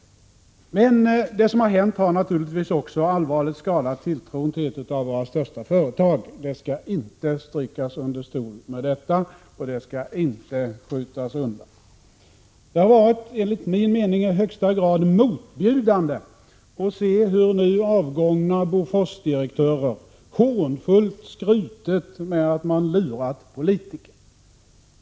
Det som har hänt har naturligtvis också allvarligt skadat tilltron till ett av våra största företag. Det skall inte stickas under stol med detta, och det skall inte skjutas undan. Enligt min uppfattning har det varit i högsta grad motbjudande att se hur nu avgångna Boforsdirektörer hånfullt har skrutit med att man lurat politiker.